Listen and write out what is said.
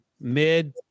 mid